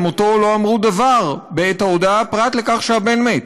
על מותו לא אמרו דבר בעת ההודעה פרט לכך שהבן מת.